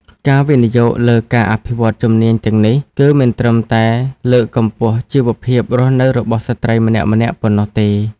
ការវិនិយោគលើការអភិវឌ្ឍជំនាញទាំងនេះ មិនត្រឹមតែលើកកម្ពស់ជីវភាពរស់នៅរបស់ស្ត្រីម្នាក់ៗប៉ុណ្ណោះទេ។